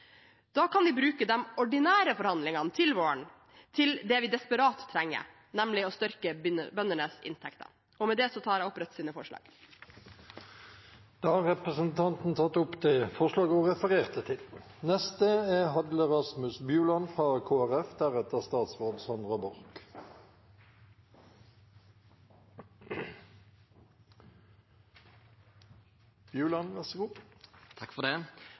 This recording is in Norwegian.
Da kan de bruke de ordinære forhandlingene til våren til det vi desperat trenger, nemlig å styrke bøndenes inntekter. Med det tar jeg opp Rødts forslag. Da har representanten Marie Sneve Martinussen tatt opp det forslaget hun refererte til. Vinterens strømkrise har rammet mange hardt. Kristelig Folkepartis utgangspunkt er